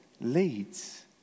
leads